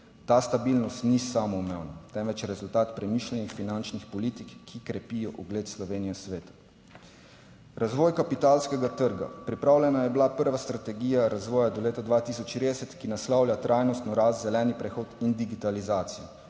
Ta stabilnost ni samoumevna, temveč rezultat premišljenih finančnih politik, ki krepijo ugled Slovenije v svetu. Razvoj kapitalskega trga. Pripravljena je bila prva strategija razvoja do leta 2030, ki naslavlja trajnostno rast, zeleni prehod in digitalizacijo.